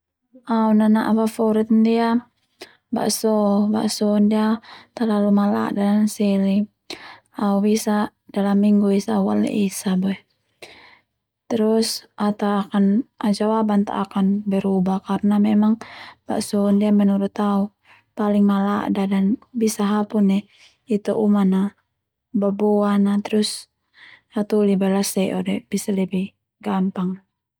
Au nana'a favorit ndia bakso, bakso ndia talalu mala'da nanseli au bisa dalam minggu esa au u'a laiesa boe Terus au jawaban ta akan berubah karena memang bakso ndia menurut au paling mala'da dan bisa hapun nai uman a baboan a terus hatoli boe lase'o de bisa lebih gampang.